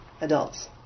adults